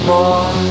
More